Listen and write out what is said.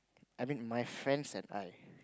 I mean my friends and I